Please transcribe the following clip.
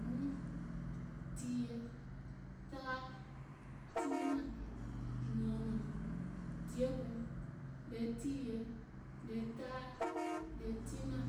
Guùŋ, tìyèe, taai, tiinȧŋ, nɔɔnɔŋ, nɔɔnɔŋ diè guùŋ nɔɔnɔŋ le tìyèe, nɔɔnɔŋ le tiinȧŋ,